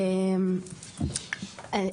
חרוצה בכל קנה מידה.